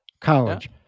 College